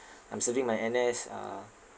I'm serving my N_S uh